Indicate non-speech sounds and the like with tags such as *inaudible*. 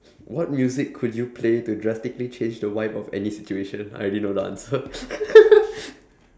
*breath* what music could you play to drastically change the vibe of any situation I already know the answer *laughs*